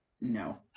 no